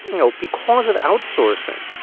you know, because of outsourcing,